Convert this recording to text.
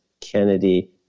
Kennedy